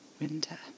Winter